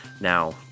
Now